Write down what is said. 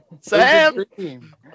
Sam